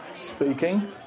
Speaking